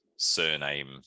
surname